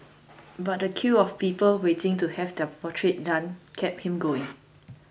but the queue of people waiting to have their portrait done kept him going